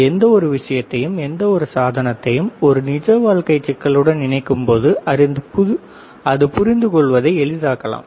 எந்தவொரு விஷயத்தையும் எந்தவொரு சாதனத்தையும் ஒரு நிஜ வாழ்க்கை சிக்கலுடன் இணைக்கும்போது அதை புரிந்துகொள்வதை எளிதாக்கலாம்